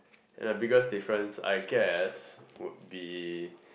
and the biggest different I guess would be